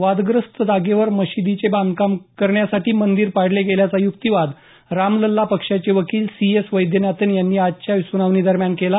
वादग्रस्त जागेवर मशीदीचे बांधकाम करण्यासाठी मंदिर पाडले गेल्याचा युक्तीवाद रामलछा पक्षाचे वकील सी एस वैद्यनाथन यांनी आजच्या सुनावणीदरम्यान केला